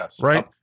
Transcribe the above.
Right